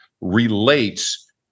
relates